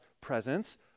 presence